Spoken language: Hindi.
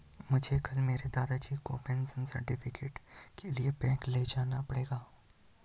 मुझे कल मेरे दादाजी को पेंशन सर्टिफिकेट के लिए बैंक ले जाना पड़ेगा